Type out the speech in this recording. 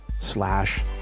slash